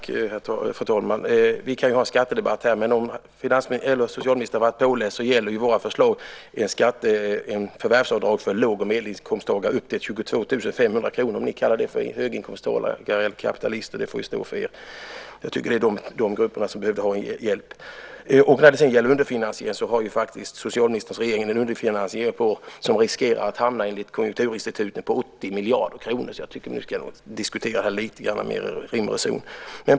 Fru talman! Vi skulle ju kunna ha en skattedebatt här. Om socialministern hade varit påläst hade han vetat att våra förslag gäller ett förvärvsavdrag för låg och mellaninkomsttagare upp till 22 500 kr. Om ni kallar det för höginkomsttagare eller kapitalister får det stå för er. Jag tycker att det är de grupperna som behöver hjälp. När det gäller underfinansiering har socialministerns regering en underfinansiering som enligt konjunkturinstituten riskerar att hamna på 80 miljarder kronor. Jag tycker att ni ska diskutera med lite mer rim och reson.